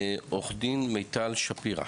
עו"ד מיטל שפירא.